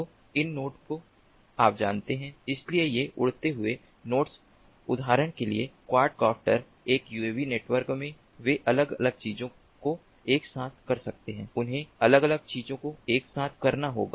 तो इन नोड को आप जानते हैं इसलिए ये उड़ते हुए नोड्स उदाहरण के लिए क्वाड कॉप्टर एक यूएवी नेटवर्क में वे अलग अलग चीजों को एक साथ कर सकते हैं उन्हें अलग अलग चीजों को एक साथ करना होगा